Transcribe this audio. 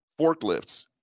forklifts